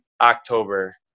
october